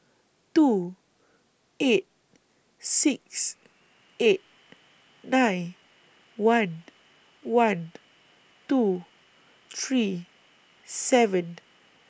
two eight six eight nine one one two three seven